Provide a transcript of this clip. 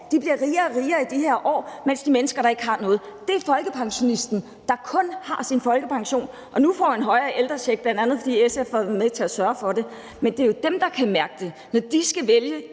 De bliver rigere og rigere i de her år, mens der er mennesker, der ikke har noget. Det er folkepensionisten, der kun har sin folkepension og nu får en højere ældrecheck, bl.a. fordi SF har været med til at sørge for det. Men det er jo dem, der kan mærke det, når de i en